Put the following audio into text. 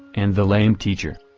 and the lame teacher.